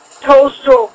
toaster